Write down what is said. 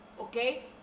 Okay